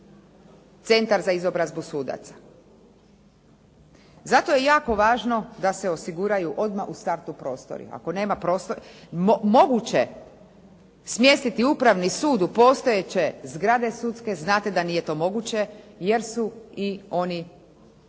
centar za izobrazbu sudaca. Zato je jako važno da se osiguraju odmah u startu prostori. Ako nema prostora, …/Govornik se ne razumije./… smjestiti upravni sud u postojeće zgrade sudske, znate da nije to moguće, jer su i oni